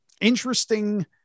Interesting